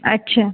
अच्छा